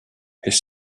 his